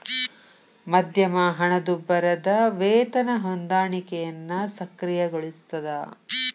ಮಧ್ಯಮ ಹಣದುಬ್ಬರದ್ ವೇತನ ಹೊಂದಾಣಿಕೆಯನ್ನ ಸಕ್ರಿಯಗೊಳಿಸ್ತದ